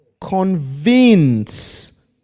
convince